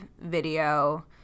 video